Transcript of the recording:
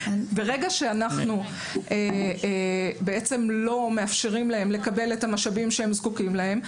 ברגע שאנחנו לא מאפשרים להם לקבל את המשאבים שהם זקוקים להם,